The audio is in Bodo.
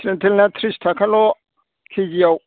सेन्थ्रेलना थ्रिस थाखाल' किजि आव